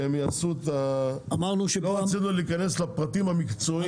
שהם יעשו, לא רצינו להיכנס לפרטים המקצועיים.